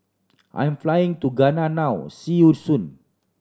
I'm flying to Ghana now see you soon